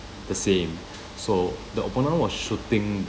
the same so the opponent was shooting